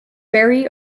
vary